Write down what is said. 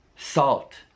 Salt